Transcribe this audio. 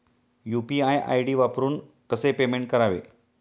UPI ID वापरून कसे payment करावे?